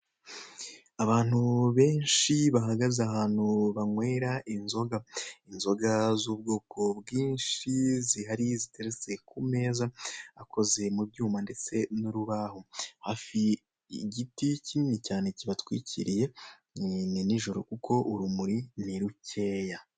Abantu benshi bahagaze ahantu banywera inzoga, inzoga z'ubwoko bwinshi zihari ziteretse ku meza akoze mu byuma ndetse n'urubaho, hafi igiti kinini cyane kibatwikiriye ni nijoro kuko urumuri ni rukeya.